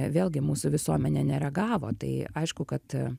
vėlgi mūsų visuomenė nereagavo tai aišku kad